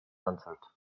answered